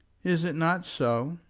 is it not so?